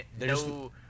no